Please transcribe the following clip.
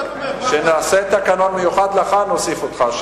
כשנעשה תקנון מיוחד לך, נוסיף אותך.